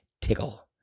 tickle